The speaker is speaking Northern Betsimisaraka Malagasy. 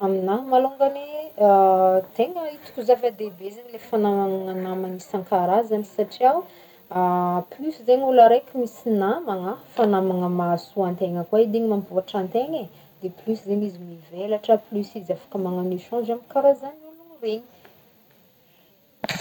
Amignahy malôngany tegna hitako zava-dehibe zegny le fanagnagna namagny isan-karazagny satrià ho plus zegny olo misy namagna, fa namagna mahasoa antegna koa zegny, mampivoatra antegna e, de plus zegny izy mivelatra, plus izy afaky magnagno ech ange amy karazan'ologny regny.